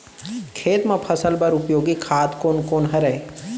खेत म फसल बर उपयोगी खाद कोन कोन हरय?